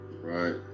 Right